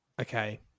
okay